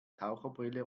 taucherbrille